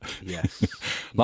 Yes